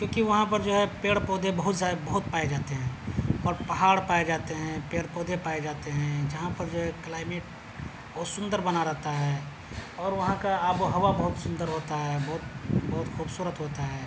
کیونکہ وہاں پر جو ہے پیڑ پودے بہت زیادہ بہت پائے جاتے ہیں اور پہاڑ پائے جاتے ہیں پیڑ پودے پائے جاتے ہیں جہاں پر جو ہے کلائمیٹ بہت سندر بنا رہتا ہے اور وہاں کا آب و ہوا بہت سندر ہوتا ہے بہت بہت خوبصورت ہوتا ہے